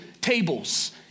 tables